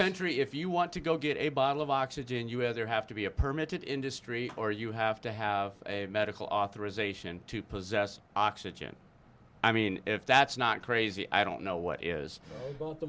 country if you want to go get a bottle of oxygen you have there have to be a permit industry or you have to have a medical authorization to possess oxygen i mean if that's not crazy i don't know what is